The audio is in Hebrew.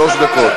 שלוש דקות.